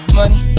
money